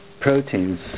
proteins